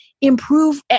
improve